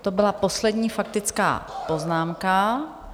To byla poslední faktická poznámka.